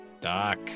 Doc